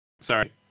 Sorry